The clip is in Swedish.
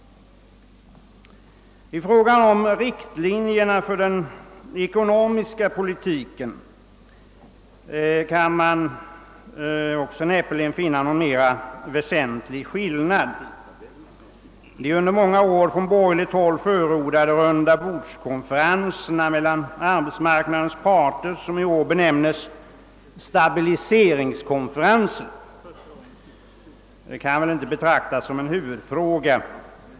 Beträffande riktlinjerna för den ekonomiska politiken kan man näppeligen finna någon väsentlig skillnad mellan partierna. De under många år från borgerligt håll förordade rundabordskonferenserna mellan arbetsmarknadens parter, som i år benämnes stabiliseringskonferenser, är ingenting som kan betraktas som en huvudfråga.